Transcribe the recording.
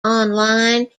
online